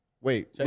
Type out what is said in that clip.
wait